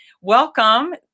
welcome